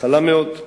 חלה מאוד,